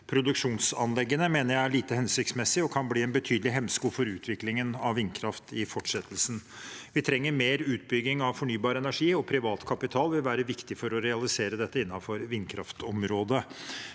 produksjonsanleggene, mener jeg er lite hensiktsmessig og kan bli en betydelig hemsko for utviklingen av vindkraft i fortsettelsen. Vi trenger mer utbygging av fornybar energi, og privat kapital vil være viktig for å realisere dette innenfor vindkraftområdet.